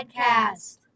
podcast